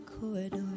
corridor